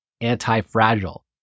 Anti-Fragile